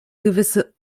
gewisse